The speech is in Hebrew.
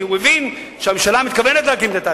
כי הוא הבין שהממשלה מתכוונת להקים את התאגיד.